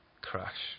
crash